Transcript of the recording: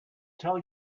tell